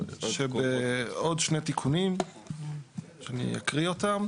עוד שני תיקונים שאני אקריא אותם.